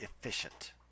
efficient